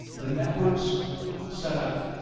the networks set up